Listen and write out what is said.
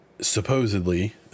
supposedly